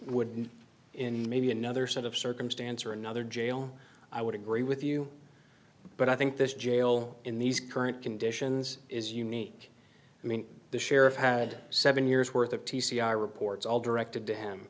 would be in maybe another set of circumstance or another jail i would agree with you but i think this jail in these current conditions is unique i mean the sheriff had seven years worth of t c r reports all directed to him